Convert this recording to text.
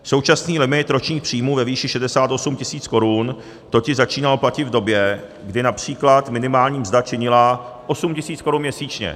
Současný limit ročních příjmů ve výši 68 tis. korun totiž začínal platit v době, kdy například minimální mzda činila 8 tis. korun měsíčně.